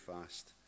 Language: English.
fast